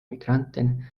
migranten